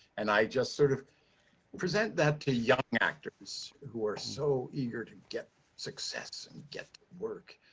and i just sort of present that to young actors who are so eager to get success and get work.